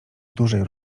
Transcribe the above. dużej